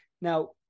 Now